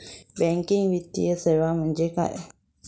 Banking वित्तीय सेवा म्हणजे काय?